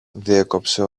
διέκοψε